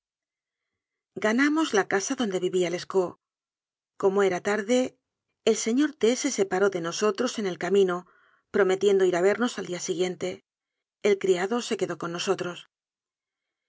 ganamos la casa donde vivía lescaut como era tarde el señor t se separó de nosotros en el camino prometiendo ir a vernos al día siguiente el criado se quedó con nosotros